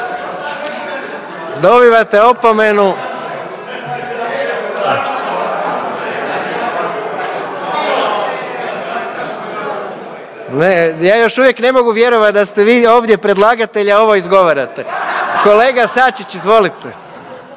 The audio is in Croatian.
dobivate opomenu. Ja još uvijek ne mogu vjerovat da ste vi ovdje predlagatelj, a ovo izgovarate. Kolega Sačić izvolite,